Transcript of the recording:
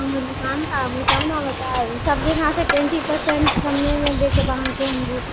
हमर दुकान पर आबू तब ने बतायब सब जगह ट्वेंटी पर्सेंट सबमे देब अहाँकेॅं हम भी